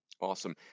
Awesome